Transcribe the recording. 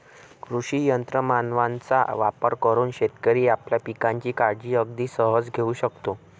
कृषी यंत्र मानवांचा वापर करून शेतकरी आपल्या पिकांची काळजी अगदी सहज घेऊ शकतो